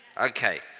Okay